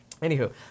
Anywho